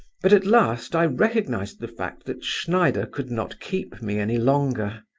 but at last i recognized the fact that schneider could not keep me any longer.